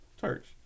church